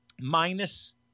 minus